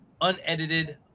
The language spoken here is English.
unedited